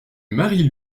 marie